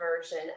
version